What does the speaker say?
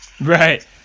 Right